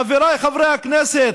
חבריי חברי הכנסת,